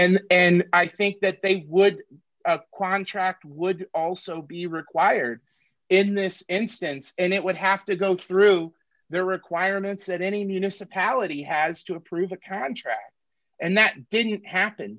and and i think that they would acquire on tract would also be required in this instance and it would have to go through their requirements that any municipality has to approve a contract and that didn't happen